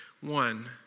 One